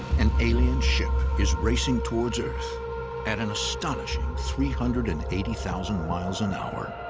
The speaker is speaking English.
an alien ship is racing towards earth at an astonishing three hundred and eighty thousand miles an hour.